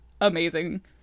amazing